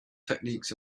techniques